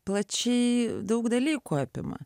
plačiai daug dalykų apima